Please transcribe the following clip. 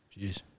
Jeez